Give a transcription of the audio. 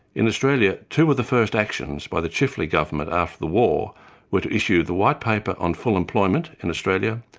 in australia, two of the first actions by the chifley government after the war were to issue the white paper on full employment employment in australia,